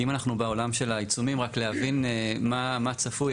אם אנחנו בעולם של העיצומים, רק להבין מה צפוי?